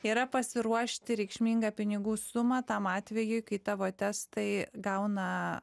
yra pasiruošti reikšmingą pinigų sumą tam atvejui kai tavo testai gauna